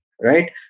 right